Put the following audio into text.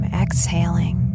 exhaling